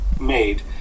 made